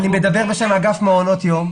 אני מדבר בשם אגף מעונות יום.